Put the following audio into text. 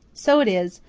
so it is,